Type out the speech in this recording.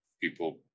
people